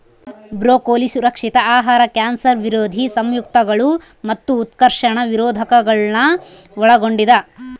broccoli ಸುರಕ್ಷಿತ ಆಹಾರ cancer ವಿರೋಧಿ ಸಂಯುಕ್ತಗಳು ಮತ್ತು ಉತ್ಕರ್ಷಣ ನಿರೋಧಕಗುಳ್ನ ಒಳಗೊಂಡಿದ